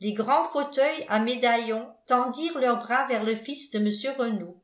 les grands fauteuils à médaillon tendirent leurs bras vers le fils de mr renault